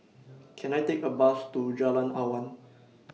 Can I Take A Bus to Jalan Awan